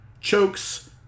chokes